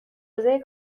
عرضهی